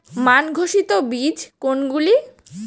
মান ঘোষিত বীজ কোনগুলি?